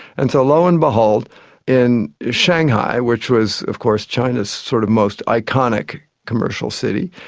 and so lo and behold in shanghai, which was of course china's sort of most iconic commercial city,